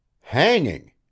Hanging